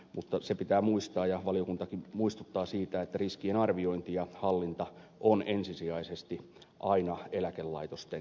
mutta se pitää muistaa ja valiokuntakin muistuttaa siitä että riskien arviointi ja hallinta on ensisijaisesti aina eläkelaitosten tehtävä